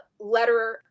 letterer